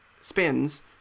spins